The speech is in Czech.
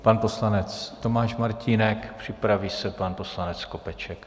Pan poslanec Tomáš Martínek, připraví se pan poslanec Skopeček.